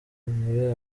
muri